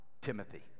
Timothy